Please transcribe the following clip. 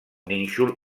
nínxol